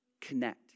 Connect